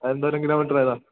അത് എന്തോരം കിലോമീറ്ററായതാണ്